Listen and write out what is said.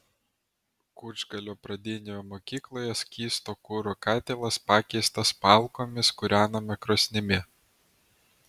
kučgalio pradinėje mokykloje skysto kuro katilas pakeistas malkomis kūrenama krosnimi